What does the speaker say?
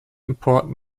important